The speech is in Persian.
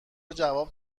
جواب